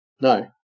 no